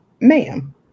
ma'am